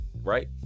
Right